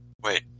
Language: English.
Wait